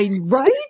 right